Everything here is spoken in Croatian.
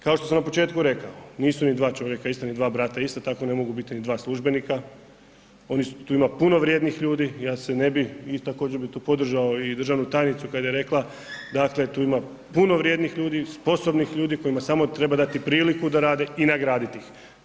Kao što sam na početku rekao, nisu ni dva čovjeka ista ni dva brata ista, tako ne mogu biti ni dva službenika, tu ima puno vrijednih ljudi, ja se ne bi i također bi tu podržao i državnu tajnicu kad je rekla dakle da tu ima puno vrijednih ljudi, sposobnih ljudi kojima samo treba dati priliku da rade i nagraditi ih.